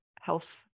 health